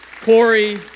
Corey